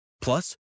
Plus